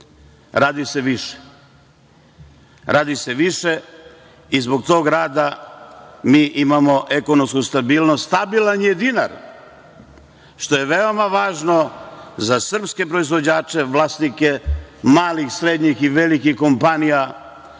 godine. Radi se više i zbog tog rada mi imamo ekonomsku stabilnost, stabilan je dinar što je veoma važno za srpske proizvođače, vlasnike malih, srednjih i velikih kompanija,